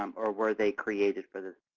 um or were they created for this?